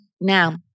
Now